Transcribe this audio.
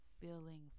feeling